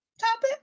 topic